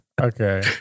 Okay